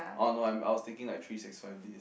oh no I'm I was thinking like three six five days